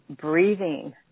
breathing